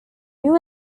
new